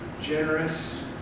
generous